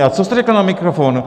A co jste řekla na mikrofon?